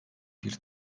bir